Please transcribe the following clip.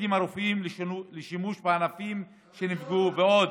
לצוותים הרפואיים לשימוש בענפים שנפגעו ועוד.